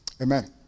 Amen